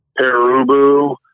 Perubu